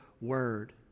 word